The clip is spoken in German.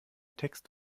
text